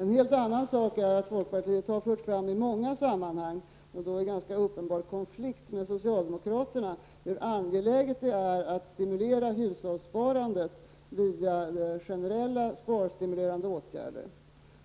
En helt annan sak är att folkpartiet i många sammanhang har fört fram, och då i ganska uppenbar konflikt med socialdemokraterna, hur angeläget det är att stimulera hushållssparandet via generella sparstimulerande åtgärder.